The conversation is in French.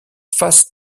face